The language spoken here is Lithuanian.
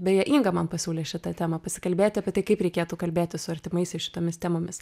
beje inga man pasiūlė šitą temą pasikalbėti apie tai kaip reikėtų kalbėti su artimaisiais šitomis temomis